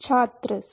यह है